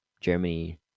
Germany